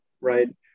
right